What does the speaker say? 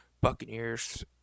Buccaneers